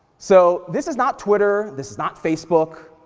so this is not twitter, this is not facebook.